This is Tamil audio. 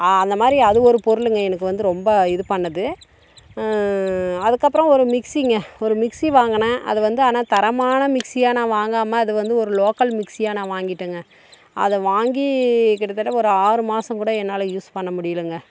அந்தமாதிரி அது ஒரு பொருளுங்க எனக்கு வந்து ரொம்ப இது பண்ணது அதுக்கப்புறம் ஒரு மிக்ஸிங்க ஒரு மிக்ஸி வாங்கினேன் அது வந்து ஆனால் தரமான மிக்ஸியாக நான் வாங்காமல் அது வந்து ஒரு லோக்கல் மிக்ஸியாக நான் வாங்கிவிட்டங்க அதை வாங்கி கிட்டத்தட்ட ஒரு ஆறு மாதம் கூட என்னால் யூஸ் பண்ண முடியலங்க